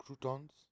croutons